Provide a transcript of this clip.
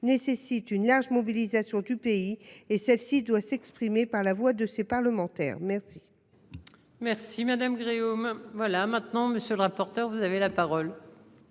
nécessitent une large mobilisation du pays et celle-ci doit s'exprimer par la voix de ses parlementaires merci. Merci madame Gréaume. Hein, voilà maintenant monsieur le rapporteur. Vous avez la parole.